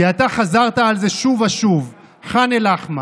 כי אתה חזרת על זה שוב ושוב: ח'אן אל-אחמר.